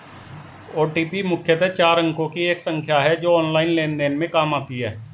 OTP मुख्यतः चार अंकों की एक संख्या है जो ऑनलाइन लेन देन में काम आती है